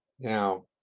Now